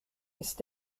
ist